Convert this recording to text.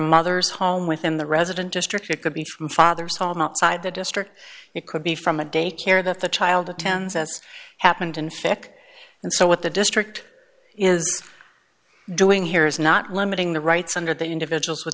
from others home within the resident district or it could be from father's home outside the district it could be from a daycare that the child attends as happened in fact and so what the district is doing here is not limiting the rights under the individuals with